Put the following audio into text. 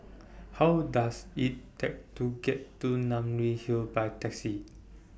How Does IT Take to get to Namly Hill By Taxi